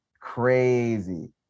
crazy